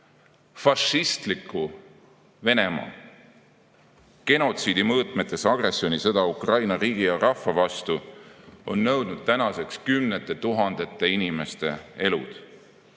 Fašistliku Venemaa genotsiidi mõõtmetes agressioonisõda Ukraina riigi ja rahva vastu on nõudnud tänaseks kümnete tuhandete inimeste elu,